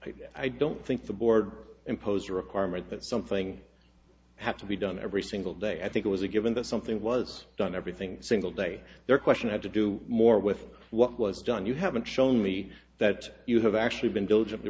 i don't think the board imposed a requirement that something had to be done every single day i think it was a given that something was done everything single day there question had to do more with what was done you haven't shown me that you have actually been diligently